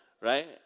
Right